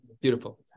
beautiful